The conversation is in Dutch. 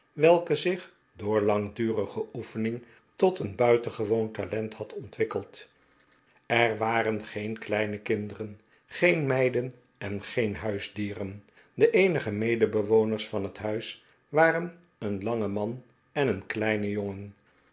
welke zich door iangdurige oefening tot een buitengewoon talent had ontwikkeld er waren geen kleine kinderen geen meiden en geen huisdieren de eenige medebewoners van het huis waren een lange man en een kleine jongen